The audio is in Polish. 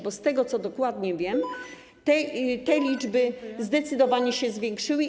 Bo z tego, co dokładnie wiem, te liczby zdecydowanie się zwiększyły.